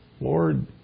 Lord